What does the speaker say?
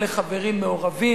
אלה חברים מעורבים.